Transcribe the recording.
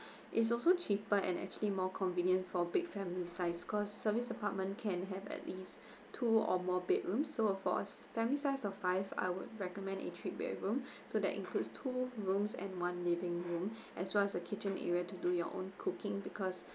it's also cheaper and actually more convenient for big family size cause service apartment can have at least two or more bedroom so for family size of five I would recommend uh three bedroom so that includes two rooms and one living room as long as a kitchen area to do your own cooking because